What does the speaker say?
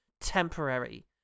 temporary